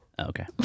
Okay